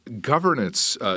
governance